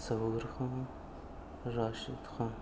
Zahoor Khan Rashid Khan